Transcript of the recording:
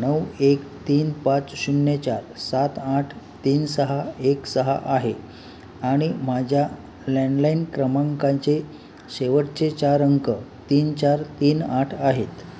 नऊ एक तीन पाच शून्य चार सात आठ तीन सहा एक सहा आहे आणि माझ्या लँडलाईन क्रमांकांचे शेवटचे चार अंक तीन चार तीन आठ आहेत